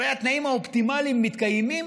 הרי התנאים האופטימליים מתקיימים,